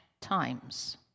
times